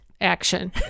action